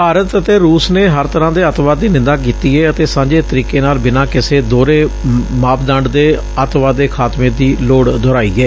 ਭਾਰਤ ਅਤੇ ਰੁਸ ਨੇ ਹਰ ਤਰਾਂ ਦੇ ਅਤਿਵਾਦ ਦੀ ਨਿੰਦਾ ਕੀਤੀ ਏ ਅਤੇ ਸਾਂਝੇ ਤਰੀਕੇ ਨਾਲ ਬਿਨਾਂ ਕਿਸੇ ਦੁਹਰੇ ਮਾਪਦੰਡ ਦੇ ਅਤਿਵਾਦ ਦੇ ਖ਼ਾਤਮੇ ਦੀ ਲੋੜ ਦੁਹਰਾਈ ਏ